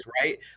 right